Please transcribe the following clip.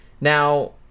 Now